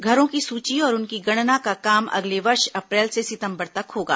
घरों की सूची और उनकी गणना का काम अगले वर्ष अप्रैल से सितम्बर तक होगा